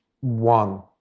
one